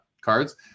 cards